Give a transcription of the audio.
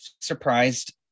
surprised